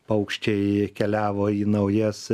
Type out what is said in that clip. paukščiai keliavo į naujas